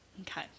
Okay